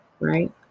right